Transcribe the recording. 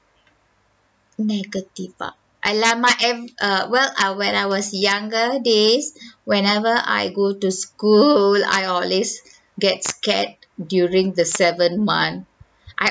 negative ah !alamak! err well err when I was younger days whenever I go to school I always get scared during the seventh month I